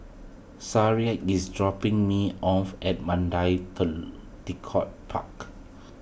is dropping me off at Mandai Tekong Park